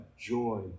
joy